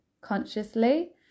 consciously